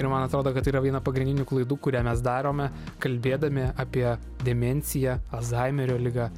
ir man atrodo kad tai yra viena pagrindinių klaidų kurią mes darome kalbėdami apie demenciją alzhaimerio ligą